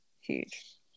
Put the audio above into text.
Huge